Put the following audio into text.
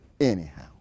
anyhow